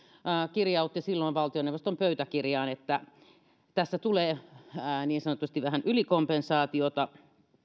kirjautti valtioneuvoston pöytäkirjaan että tässä tulee niin sanotusti vähän ylikompensaatiota